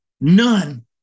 none